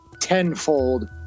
tenfold